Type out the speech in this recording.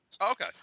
Okay